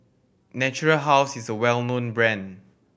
Natura House is a well known brand